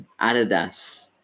Adidas